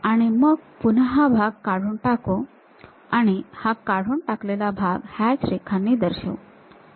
आणि मग पुन्हा हा भाग काढून टाकू आणि हा काढून टाकलेला भाग हॅच रेखांनी दर्शवू